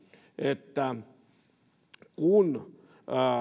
että